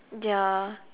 ya